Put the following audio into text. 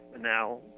Now